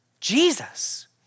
Jesus